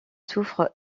souffrent